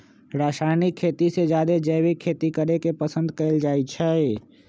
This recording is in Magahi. रासायनिक खेती से जादे जैविक खेती करे के पसंद कएल जाई छई